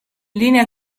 linea